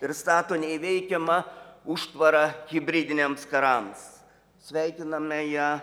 ir stato neįveikiamą užtvarą hibridiniams karams sveikiname ją